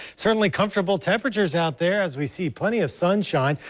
certainly comfortable temperatures out there as we see plenty of sunshine.